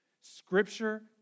Scripture